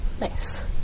Nice